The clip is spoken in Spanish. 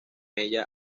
ella